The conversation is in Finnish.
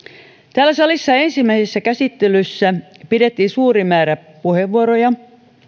täällä salissa ensimmäisessä käsittelyssä pidettiin suuri määrä puheenvuoroja